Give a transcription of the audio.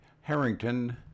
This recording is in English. Harrington